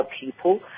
people